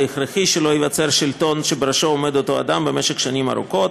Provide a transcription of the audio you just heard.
והכרחי שלא ייווצר שלטון שבראשו עומד אותו אדם במשך שנים ארוכות.